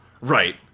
Right